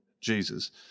Jesus